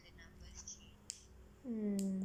mm